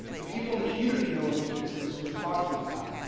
the people in the community know which business we're talking about.